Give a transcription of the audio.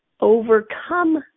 overcome